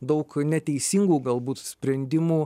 daug neteisingų galbūt sprendimų